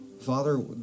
Father